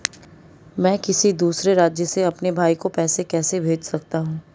मैं किसी दूसरे राज्य से अपने भाई को पैसे कैसे भेज सकता हूं?